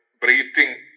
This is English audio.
breathing